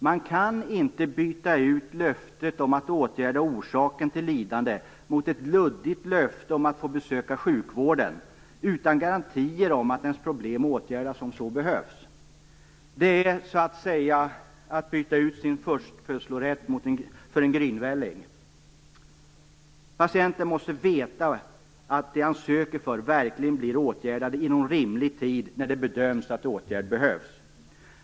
Man kan inte byta ut löftet om att åtgärda orsaken till lidande mot ett luddigt löfte om att få besöka sjukvården utan garantier om att ens problem åtgärdas om så behövs. Det är, så att säga, att sälja sin förstfödslorätt för en grynvälling. Patienten måste veta att det han söker för verkligen blir åtgärdat inom rimlig tid, när det bedöms att åtgärd behövs.